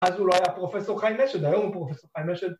‫אז הוא לא היה פרופסור חי נשת, ‫היום הוא פרופסור חי נשת.